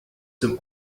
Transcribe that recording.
zum